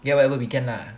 get whatever we can lah